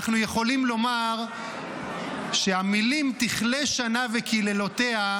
אנחנו יכולים לומר שהמילים "תכלה שנה וקללותיה",